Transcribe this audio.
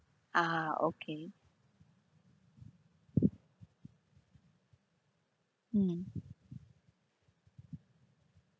ah okay mm